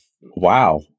Wow